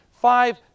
five